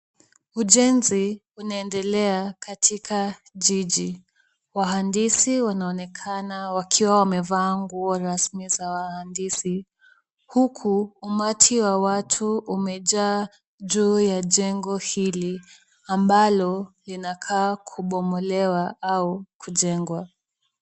Ujenzi unaendelea katika jiji. Wahandisi wanaonekana wakiwa wamevaa nguo rasmi za wahandisi. Huku, umati wa watu umejaa juu ya jengo hili ambalo linakaa kubomolewa au kujengwa.